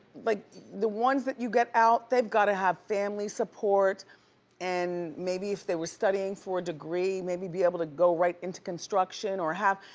like the ones that you get out, they've gotta have family support and maybe if they were studying for a degree, maybe be able to go right into construction or have,